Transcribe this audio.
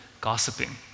gossiping